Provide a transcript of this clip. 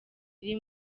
iri